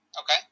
Okay